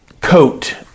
coat